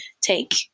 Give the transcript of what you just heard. take